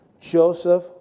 Joseph